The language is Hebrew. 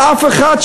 לאף אחד,